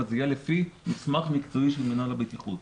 זה יהיה לפי מסמך מקצועי של מינהל הבטיחות.